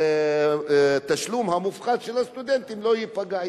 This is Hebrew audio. ושהתשלום המופחת של הסטודנטים לא ייפגע,